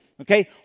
Okay